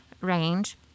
range